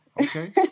Okay